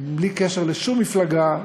בלי קשר לשום מפלגה,